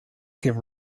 give